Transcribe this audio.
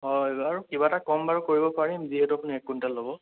হয় বাৰু কিবা এটা কম বাৰু কৰিব পাৰিম যিহেতু আপুনি এক কুইন্টেল ল'ব